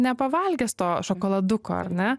nepavalgęs to šokoladuko ar ne